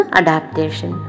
adaptation